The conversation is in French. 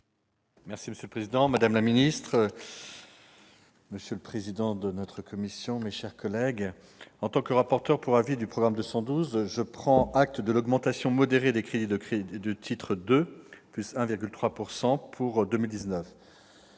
avis. Monsieur le président, madame la ministre, monsieur le président de la commission, mes chers collègues, en tant que rapporteur pour avis du programme 212, je prends acte de l'augmentation modérée des crédits de titre 2, laquelle est de